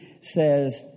says